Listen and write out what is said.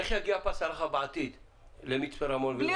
איך יגיע הפס הרחב בעתיד למצפה רמון ולירוחם?